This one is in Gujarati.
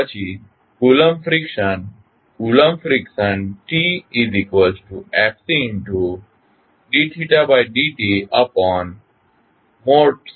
પછી coulomb friction coulomb friction TtFcd θd td θd t